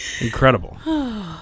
Incredible